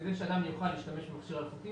כדי שאדם יוכל להשתמש במכשיר אלחוטי,